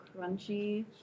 crunchy